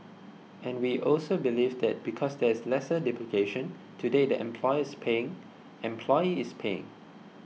and we also believe that because there is lesser duplication today the employer is paying employee is paying